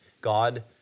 God